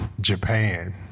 Japan